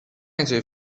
اینطوری